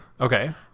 Okay